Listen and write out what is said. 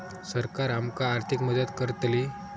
सरकार आमका आर्थिक मदत करतली?